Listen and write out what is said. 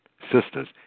Sisters